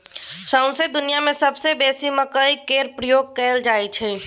सौंसे दुनियाँ मे सबसँ बेसी मकइ केर प्रयोग कयल जाइ छै